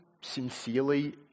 sincerely